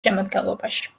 შემადგენლობაში